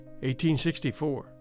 1864